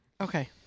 Okay